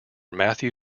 matthew